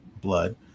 blood